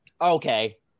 okay